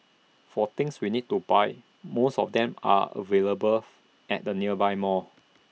for things we need to buy most of them are available at the nearby malls